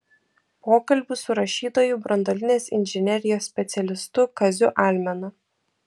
pokalbis su rašytoju branduolinės inžinerijos specialistu kaziu almenu